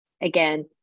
again